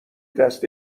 دست